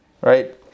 Right